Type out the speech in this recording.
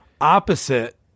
Opposite